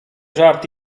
żart